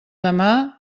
demà